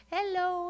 Hello